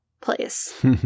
place